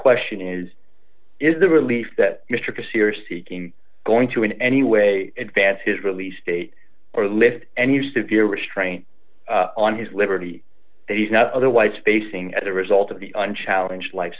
question is is the relief that mr casey are seeking going to in any way advance his release date or lift any of severe restraint on his liberty that he's not otherwise facing as a result of the on challenge life